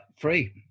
free